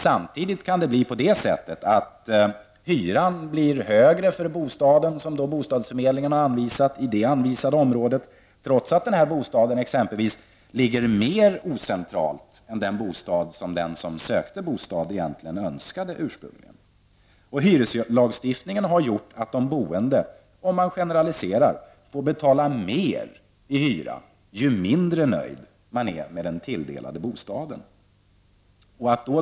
Samtidigt kan det bli på det sättet att hyran blir högre för bostaden som bostadsförmedlingen har anvisat, trots att den bostaden exempelvis ligger mer ocentralt än den bostad som den som sökte bostad egentligen ursprungligen önskade. Hyreslagstiftningen har gjort att de boende, om man generaliserar, får betala mer i hyra ju mindre nöjd man är med den tilldelade bostaden.